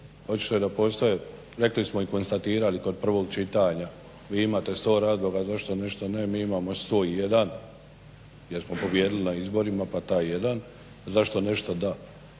rekli smo i konstatirali kod prvog čitanja, vi imate 100 razloga zašto ne, mi imamo 101 jer smo pobijedili na izborima pa taj jedan zašto nešto da.